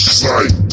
sight